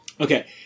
Okay